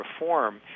reform